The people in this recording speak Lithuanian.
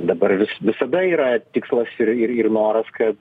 dabar vis visada yra tikslas ir ir ir noras kad